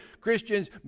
Christians